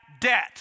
debt